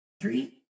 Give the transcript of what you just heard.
Three